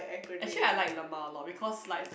actually I like lmao a lot because like